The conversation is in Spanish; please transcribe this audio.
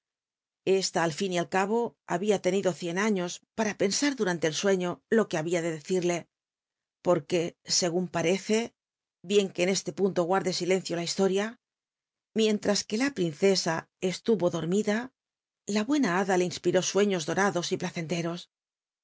ta al in al aho habia tenido cien uios para pen ar durante el sueño lo que babia de decirle port uc segun parece bien que en e te punto guarde ilencio la historia miéntra la printtsa cslu'o dormida la buena hada le in pirc uciio dorados y placcnterijs